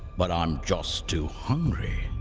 but i'm just too hungry.